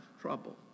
trouble